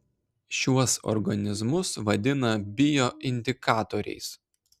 šiuos organizmus vadina bioindikatoriais